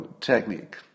technique